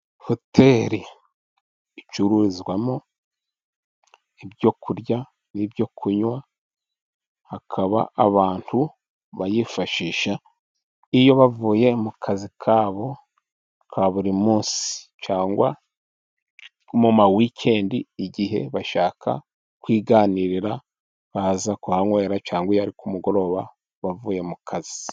Hotel icuruzwamo ibyo kurya n'ibyo kunywa, hakaba abantu bayifashisha iyo bavuye mu kazi kabo ka buri munsi cyangwa mu ma wikendi igihe bashaka kwiganirira baza kuhanywera cyangwa ari kumugoroba bavuye mu kazi.